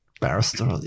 barrister